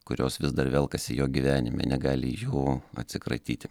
kurios vis dar velkasi jo gyvenime negali jų atsikratyti